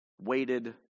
weighted